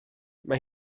mae